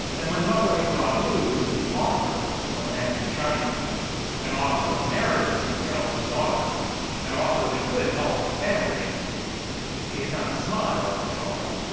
and when mother had brought news of the offer from a man in china an offer of marriage to her eldest daughter an offer that could help their family she had not smiled at all.